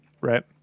right